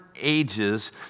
ages